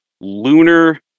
lunar